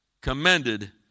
commended